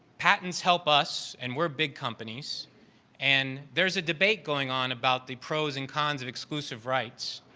patents help us and we're big companies and there's a debate going on about the pros and cons of exclusive rights.